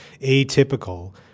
atypical